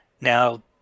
Now